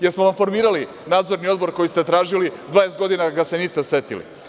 Jel smo vam formirali nadzorni odbor koji ste tražili, 20 godina ga se niste setili?